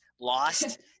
lost